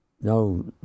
No